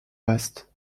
vaste